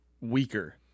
weaker